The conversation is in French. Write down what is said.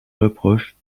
reproches